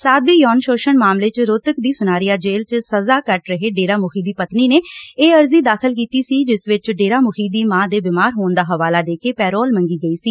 ਸਾਧਵੀ ਯੋਨ ਸੋਸ਼ਣ ਮਾਮਲੇ ਚ ਰੋਹਤਕ ਦੀ ਸੁਨਾਰਿਆ ਜੇਲੁ ਚ ਸਜ਼ਾ ਕੱਟ ਰਹੇ ਡੇਰਾ ਮੁਖੀ ਦੀ ਪਤਨੀ ਨੇ ਇਹ ਅਰਜ਼ੀ ਦਾਖ਼ਲ ਕੀਤੀ ਸੀ ਜਿਸ ਵਿਚ ਡੇਰਾ ਮੁਖੀ ਦੀ ਮਾਂ ਦੇ ਬਿਮਾਰ ਹੋਣ ਦਾ ਹਵਾਲਾ ਦੇ ਕੇ ਪੈਰੋਲ ਮੰਗੀ ਗਈ ਸੀ